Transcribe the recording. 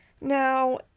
now